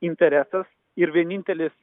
interesas ir vienintelis